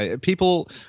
People